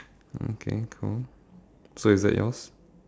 okay cool so is that yours